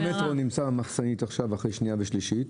חוק המטרו נמצא במחסנית עכשיו אחרי שנייה ושלישית,